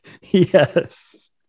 yes